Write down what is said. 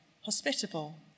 hospitable